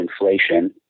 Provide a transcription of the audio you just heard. inflation